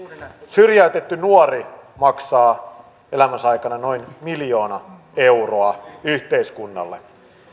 syrjäytetty nuori maksaa elämänsä aikana noin miljoona euroa yhteiskunnalle